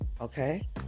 okay